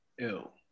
ill